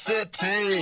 City